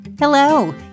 Hello